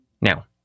Now